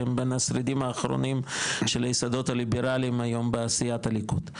שהם בין השרידים האחרונים של היסודות הליברליים היום בעשיית הליכוד.